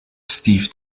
steve